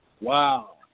Wow